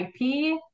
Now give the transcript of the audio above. IP